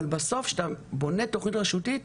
בסוף כשאתה בונה תוכנית רשותית,